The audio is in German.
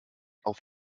auf